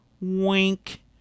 wink